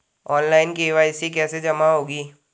Online KYC कैसे जमा होगी?